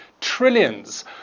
trillions